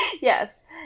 Yes